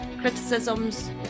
criticisms